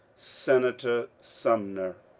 senator sumner!